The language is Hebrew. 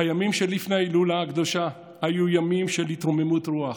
הימים שלפני ההילולה הקדושה היו ימים של התרוממות רוח.